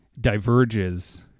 diverges